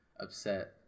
Upset